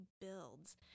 builds